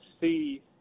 see